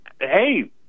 hey